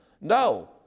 No